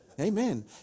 amen